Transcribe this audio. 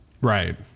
Right